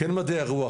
כן מדעי הרוח,